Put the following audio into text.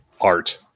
art